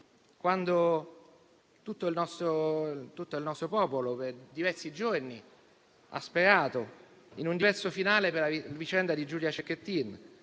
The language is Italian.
quando tutto il nostro popolo per diversi giorni ha sperato in un diverso finale per la vicenda di Giulia Cecchettin,